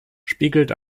spiegelt